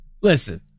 listen